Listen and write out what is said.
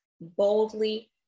boldly